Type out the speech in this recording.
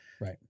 Right